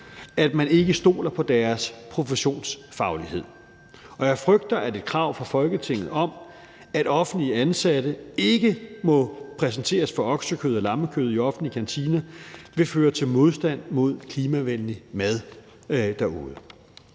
at man ikke stoler på deres professionsfaglighed. Og jeg frygter, at et krav fra Folketinget om, at offentligt ansatte ikke må præsenteres for oksekød og lammekød i offentlige kantiner, vil føre til modstand mod klimavenlig mad derude.